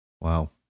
Wow